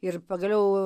ir pagaliau